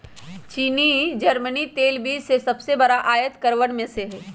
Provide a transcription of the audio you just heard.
चीन जर्मनी तेल बीज के सबसे बड़ा आयतकरवन में से हई